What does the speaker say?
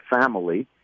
family